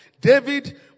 David